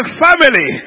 family